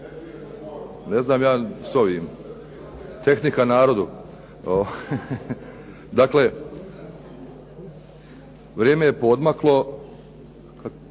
Ne znam ja s ovim, tehnika narodu. Dakle, vrijeme je poodmaklo,